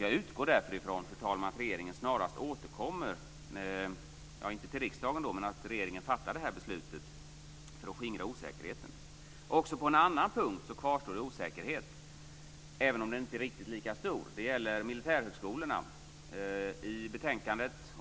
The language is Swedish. Jag utgår, fru talman, därför från att regeringen snarast återkommer - om också inte till riksdagen - för att skingra osäkerheten på denna punkt. Också på en annan punkt kvarstår osäkerhet, även om den inte är riktigt lika stor. Det gäller militärhögskolorna.